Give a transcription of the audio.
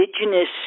indigenous